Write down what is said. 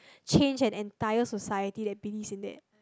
change an entire society that believes in that